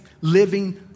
living